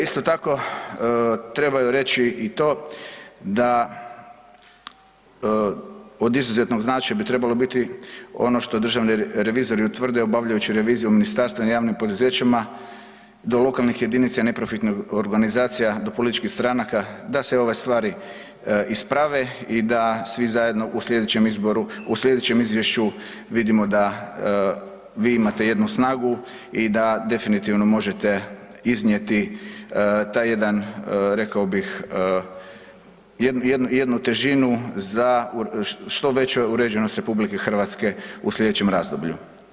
Isto tako treba reći i to da od izuzetnog značaja bi trebalo biti ono što je državni revizor i utvrdio obavljajući reviziju ministarstva i javnim poduzećima do lokalnih jedinica, neprofitnih organizacija do političkih stranaka da se ove stvari isprave da svi zajedno u slijedećem izvješću vidimo da vi imate jednu snagu i da definitivno možete iznijeti taj jedan rekao bih, jednu težinu za što veću uređenost RH u slijedećem razdoblju.